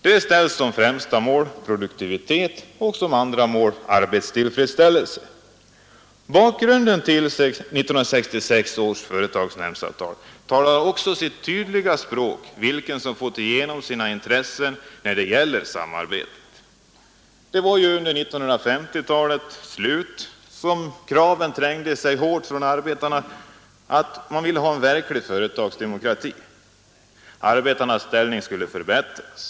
Där uppställes som första mål produktivitet och som andra mål Torsdagen den arbetstillfredsställelse. Under Styrelserepresenta 1950-talets slut började starka krav resas från arbetarnas sida på en Hon för deanverklig företagsdemokrati — arbetarnas ställning skulle förbättras.